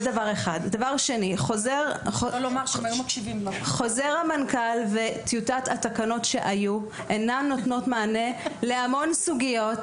חוזר המנכ"ל וטיוטת התקנות שהיו אינן נותנות מענה להמון סוגיות